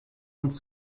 uns